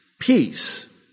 peace